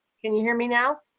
can you hear me now?